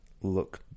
look